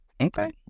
Okay